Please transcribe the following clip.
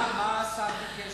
מה השר הציע?